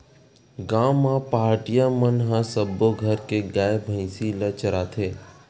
गाँव म पहाटिया मन ह सब्बो घर के गाय, भइसी ल चराथे